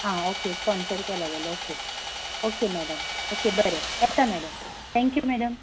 आं okay sponsor केला जाल्यार ओके ओके मॅडम ओके बरें येता मॅडम थँक्यू मॅडम